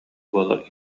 буола